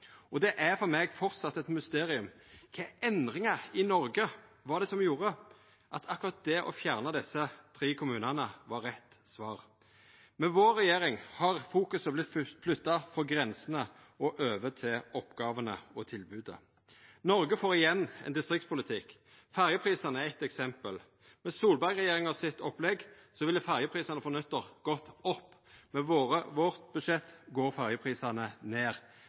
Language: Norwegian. Det er for meg fortsatt eit mysterium kva endringar i Noreg det var som gjorde at akkurat det å fjerna desse tre kommunane, var rett svar. Med vår regjering har fokuset vorte flytta frå grensene og over til oppgåvene og tilbodet. Noreg får igjen ein distriktspolitikk. Ferjeprisane er eitt eksempel. Med Solberg-regjeringa sitt opplegg ville ferjeprisane frå nyttår gått opp. Med vårt budsjett går ferjeprisane ned.